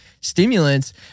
stimulants